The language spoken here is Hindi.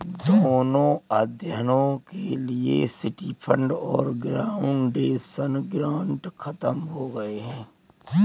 दोनों अध्ययनों के लिए सिटी फंड और फाउंडेशन ग्रांट खत्म हो गए हैं